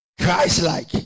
christ-like